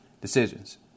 decisions